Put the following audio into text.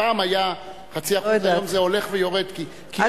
פעם היה 0.5%, היום זה הולך ויורד --- לא יודעת.